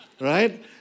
right